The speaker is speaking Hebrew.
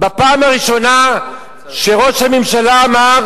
בפעם הראשונה ראש הממשלה אמר: